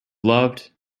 loved